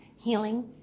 healing